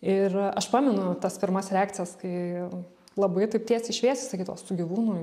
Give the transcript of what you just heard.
ir aš pamenu tas pirmas reakcijas kai labai taip tiesiai šviesiai sakydavo su gyvūnu